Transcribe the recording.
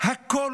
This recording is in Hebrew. הכול